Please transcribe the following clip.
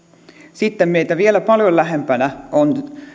sitten meitä vielä paljon lähempänä ovat